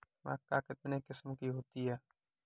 मक्का कितने किस्म की होती है?